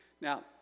Now